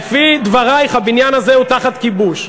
לפי דברייך הבניין הזה הוא תחת כיבוש.